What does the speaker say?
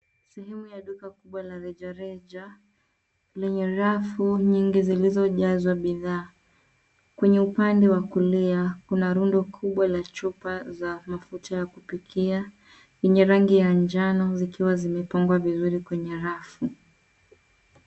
Sehemu ya duka kubwa la reja reja lenye rafu nyingi zilizo jazwa bidhaa . Kwenye upande wa kulia kuna rundo kubwa la chupa za mafuta ya kupikia yenye rangi ya njano zikiwa zimepangwa vizuri kwenye rafu.